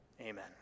Amen